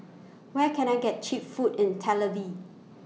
Where Can I get Cheap Food in Tel Aviv